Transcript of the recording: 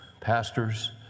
pastors